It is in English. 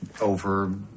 over